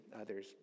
others